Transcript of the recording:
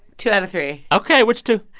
two out of three ok. which two?